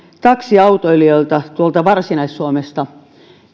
taksiautoilijoilta varsinais suomesta